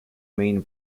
main